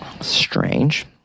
Strange